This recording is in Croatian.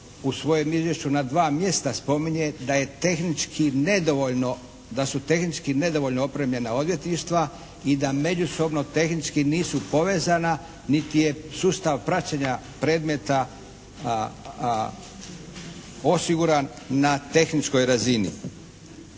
u svojem izvješću na dva mjesta spominje da je tehnički nedovoljno, da su tehnički nedovoljno opremljena odvjetništva i da međusobno tehnički nisu povezana niti je sustav praćenja predmeta osiguran na tehničkoj razini.